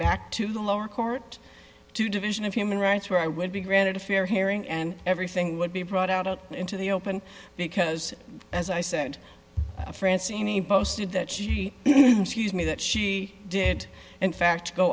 back to the lower court to division of human rights where i would be granted a fair hearing and everything would be brought out into the open because as i said francine he boasted that she beat me that she did in fact go